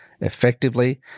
effectively